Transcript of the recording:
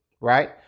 right